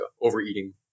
overeating